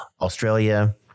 Australia